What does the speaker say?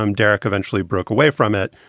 um derek eventually broke away from it.